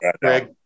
Greg